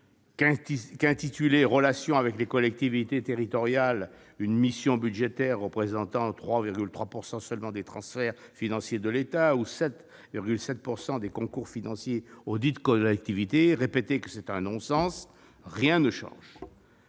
qu'intituler « Relations avec les collectivités territoriales » une mission budgétaire représentant 3,3 % seulement des transferts financiers de l'État ou 7,7 % des concours financiers auxdites collectivités est un non-sens, rien ne change.